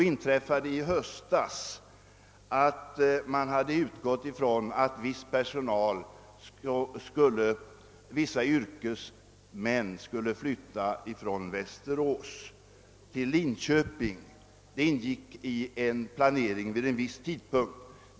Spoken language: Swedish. I höstas utgick man från att vissa yrkesmän skulle få flytta från Västerås till Linköping, eftersom detta ingick i planeringen vid en viss tidpunkt.